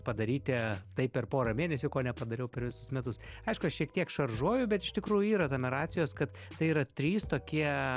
padaryti tai per porą mėnesių ko nepadariau per visus metus aišku aš šiek tiek šaržuoju bet iš tikrųjų yra tame racijos kad tai yra trys tokie